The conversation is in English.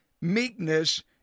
meekness